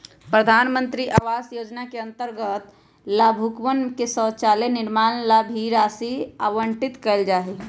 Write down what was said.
प्रधान मंत्री आवास योजना के अंतर्गत लाभुकवन के शौचालय निर्माण ला भी राशि आवंटित कइल जाहई